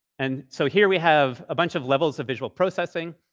and so here we have a bunch of levels of visual processing.